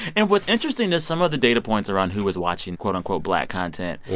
and what's interesting is some of the data points around who was watching, quote, unquote, black content.